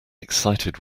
excited